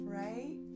right